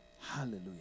Hallelujah